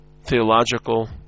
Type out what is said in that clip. theological